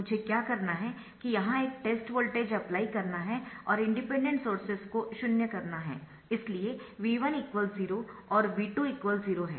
मुझे क्या करना है कि यहां एक टेस्ट वोल्टेज अप्लाई करना है और इंडिपेंडेंट सोर्सेस को शून्य करना है इसलिए V1 0 और V2 0 है